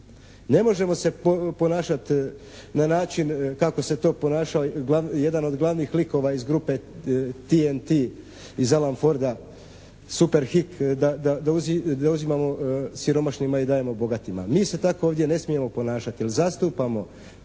Ne možemo se ponašati na način kako se to ponaša jedan od glavnih likova iz grupe TNT iz Alan Forda Super hik da uzimamo siromašnima i dajemo bogatima. Mi se tako ovdje ne smijemo ponašati jer zastupamo